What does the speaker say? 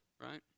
right